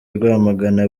rwamagana